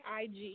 IG